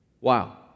Wow